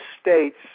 states